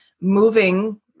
moving